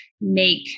make